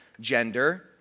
gender